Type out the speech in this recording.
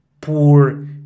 poor